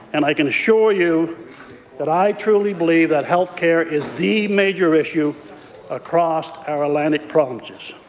and i can assure you that i truly believe that health care is the major issue across our atlantic provinces.